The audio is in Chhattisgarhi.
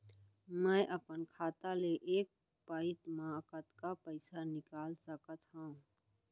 मैं अपन खाता ले एक पइत मा कतका पइसा निकाल सकत हव?